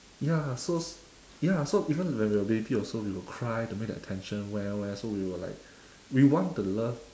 ya so ya so even when we were a baby also we will cry to make the attention well well so we will like we want the love